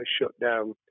shutdown